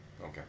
Okay